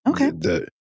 Okay